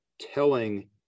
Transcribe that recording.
telling